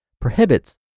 prohibits